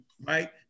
right